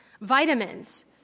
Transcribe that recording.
vitamins